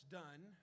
done